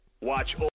Watch